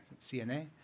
CNA